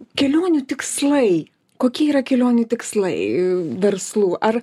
kelionių tikslai kokie yra kelionių tikslai verslų ar